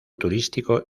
turístico